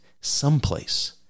someplace